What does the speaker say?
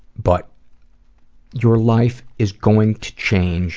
but your life is going to change